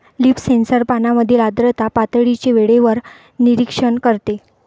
leaf sensor पानांमधील आर्द्रता पातळीचे वेळेवर निरीक्षण करते